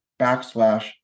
backslash